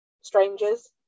strangers